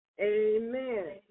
Amen